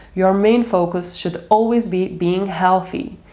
your main focus should always be being healthy.